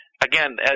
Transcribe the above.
again